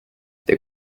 the